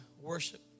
worship